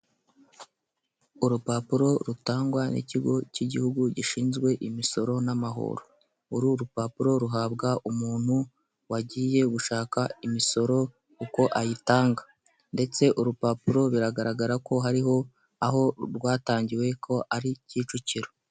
Urupapuro rutangwa n'ikigo cy'igihugu gishinzwe imisoro n'amahoro, uru rupapuro ruhabwa umuntu wagiye gushaka imisoro uko ayitanga ndetse urupapuro biragaragara ko hariho aho rwatangiwe ko ari Kicukiro.